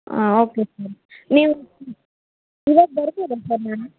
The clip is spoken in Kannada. ಹಾಂ ಓಕೆ ಸರ್ ನೀವು ಇವಾಗ ಬರ್ತೀರಾ ಸರ್ ನೀವು